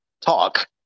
talk